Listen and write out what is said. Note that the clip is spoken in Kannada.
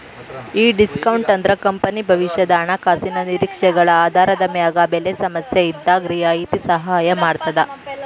ಈ ಡಿಸ್ಕೋನ್ಟ್ ಅಂದ್ರ ಕಂಪನಿ ಭವಿಷ್ಯದ ಹಣಕಾಸಿನ ನಿರೇಕ್ಷೆಗಳ ಆಧಾರದ ಮ್ಯಾಗ ಬೆಲೆ ಸಮಸ್ಯೆಇದ್ದಾಗ್ ರಿಯಾಯಿತಿ ಸಹಾಯ ಮಾಡ್ತದ